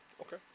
Okay